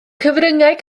cyfryngau